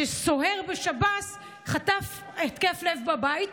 שסוהר בשב"ס חטף התקף לב בבית.